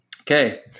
Okay